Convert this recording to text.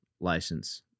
license